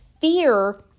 fear